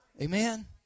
Amen